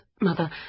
mother